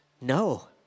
No